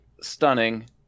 stunning